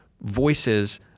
voices